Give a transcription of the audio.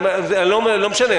לא משנה.